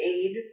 aid